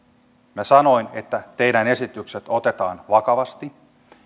minä sanoin että teidän esityksenne otetaan vakavasti